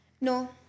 No